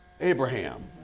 Abraham